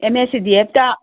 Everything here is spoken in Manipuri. M S C D ꯑꯦꯐꯇ